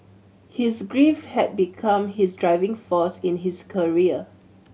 his grief had become his driving force in his career